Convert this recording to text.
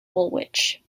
woolwich